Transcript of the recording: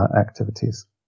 activities